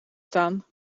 staan